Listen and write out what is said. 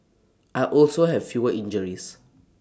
I also have fewer injuries